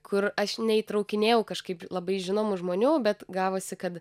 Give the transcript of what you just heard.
kur aš neįtraukinėjau kažkaip labai žinomų žmonių bet gavosi kad